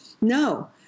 No